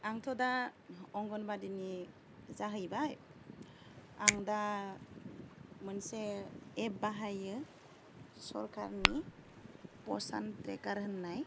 आंथ'दा अंगनबादिनि जाहैबाय आं दा मोनसे एप बाहायो सोरकारनि पसन ट्रेकार होननाय